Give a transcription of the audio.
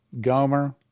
Gomer